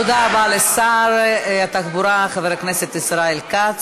תודה רבה לשר התחבורה חבר הכנסת ישראל כץ.